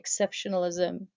exceptionalism